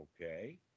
Okay